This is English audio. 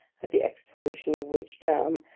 at the expiration of which term,